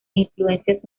influencias